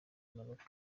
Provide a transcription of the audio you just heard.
mpanuka